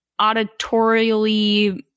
auditorially